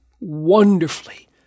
wonderfully